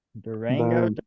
Durango